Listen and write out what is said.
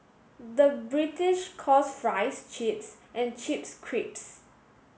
the British calls fries chips and chips crisps